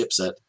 chipset